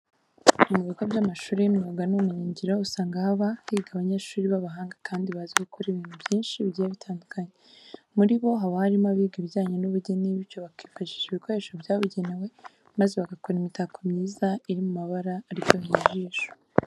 Mu bigo by'amashuri y'imyuga n'ubumenyingiro usanga haba higa abanyeshuri b'abahanga kandi bazi gukora ibintu byinshi bigiye bitandukanye. Muri bo haba harimo abiga ibijyanye n'ubugeni bityo bakifashisha ibikoresho byabugenewe maze bagakora imitako myiza iri mu mabara aryoheye ijisho.